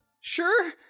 Sure